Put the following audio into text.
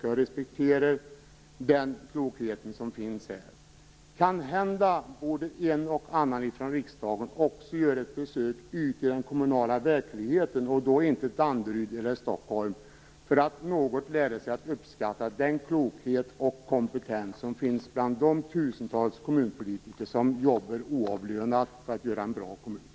Jag respekterar den klokhet som finns här. Kanhända en och annan från riksdagen borde göra ett besök ute i den kommunala verkligheten - och då inte i Danderyd eller i Stockholm - för att något lära sig att uppskatta den klokhet och kompetens som finns bland de tusentals kommunpolitiker som jobbar oavlönat för att skapa bra kommuner.